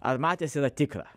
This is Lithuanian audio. ar matęs yra tikra